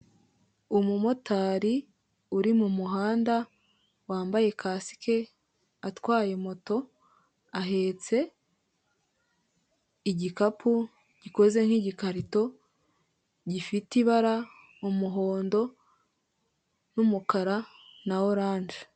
Umumotari uri mu muhanda wambaye kasike atwaye moto, ahetse igikapu gikoze nk'igikarito gifite ibara ry'umuhondo n'umukara na oranje.